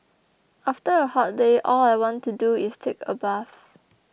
after a hot day all I want to do is take a bath